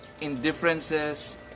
indifferences